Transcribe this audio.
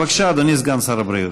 בבקשה, אדוני סגן שר הבריאות.